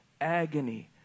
Agony